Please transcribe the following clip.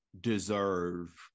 deserve